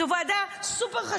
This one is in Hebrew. זו ועדה סופר-חשובה,